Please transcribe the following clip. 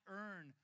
earn